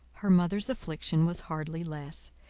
her mother's affliction was hardly less,